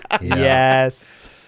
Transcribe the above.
yes